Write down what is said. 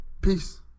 Peace